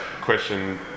question